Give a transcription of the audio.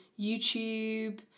YouTube